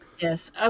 Yes